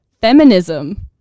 feminism